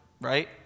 right